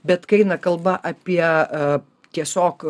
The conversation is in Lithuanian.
bet kai eina kalba apie tiesiog